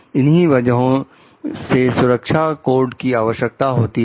इन्हीं वजहों से सुरक्षा कोड की आवश्यकता होती है